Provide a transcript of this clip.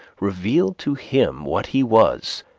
revealed to him what he was,